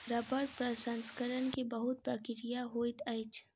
रबड़ प्रसंस्करण के बहुत प्रक्रिया होइत अछि